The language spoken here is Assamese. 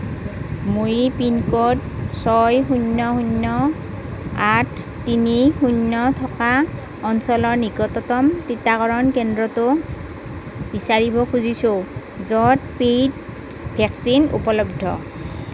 মই পিনক'ড ছয় শূণ্য শূণ্য আঠ তিনি শূণ্য থকা অঞ্চলৰ নিকটতম টীকাকৰণ কেন্দ্ৰটো বিচাৰিব খুজিছো য'ত পেইড ভেকচিন উপলব্ধ